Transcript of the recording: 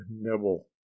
Nibble